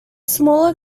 smaller